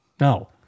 No